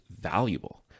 valuable